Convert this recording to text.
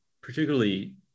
particularly